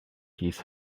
his